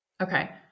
Okay